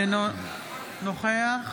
אינו נוכח